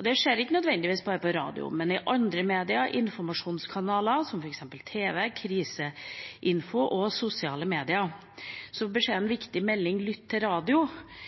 Det skjer ikke nødvendigvis bare gjennom radio, men med andre medier og informasjonskanaler, som f.eks. tv, kriseinfo og sosiale medier. Så beskjeden «Viktig melding – lytt på radio»